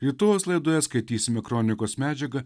rytojaus laidoje skaitysime kronikos medžiagą